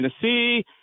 Tennessee